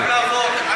חייב לעבוד.